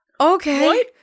Okay